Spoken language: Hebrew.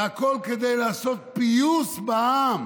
והכול כדי לעשות פיוס בעם,